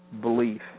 belief